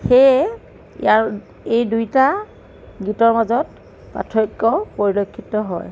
সেয়ে ইয়াৰ এই দুইটা দুয়োটাৰ মাজত পাৰ্থক্য পৰিলক্ষিত হয়